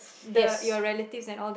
yes